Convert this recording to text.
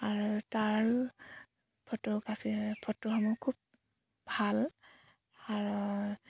আৰু তাৰ ফটোগ্ৰাফী ফটোসমূহ খুব ভাল আৰু